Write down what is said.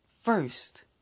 first